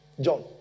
John